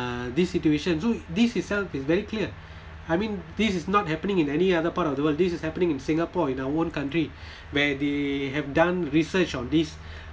uh this situation so this itself is very clear I mean this is not happening in any other part of the world this is happening in singapore in our own country where they have done research of this